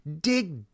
Dig